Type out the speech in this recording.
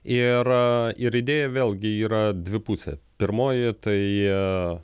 ir ir idėja vėlgi yra dvipusė pirmoji tai